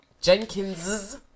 Jenkins